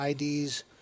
IDs